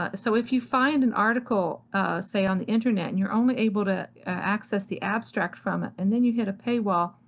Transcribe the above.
ah so if you find an article on the internet and you're only able to access the abstract from it and then you hit a paywall,